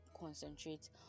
concentrate